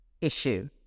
issue